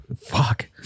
Fuck